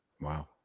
Wow